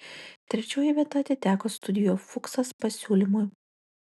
trečioji vieta atiteko studio fuksas pasiūlymui